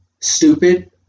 stupid